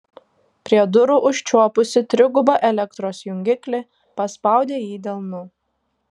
prie durų užčiuopusi trigubą elektros jungiklį paspaudė jį delnu